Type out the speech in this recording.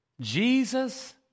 Jesus